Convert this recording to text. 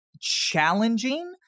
challenging